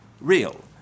real